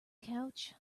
couch